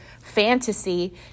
fantasy